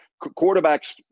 quarterbacks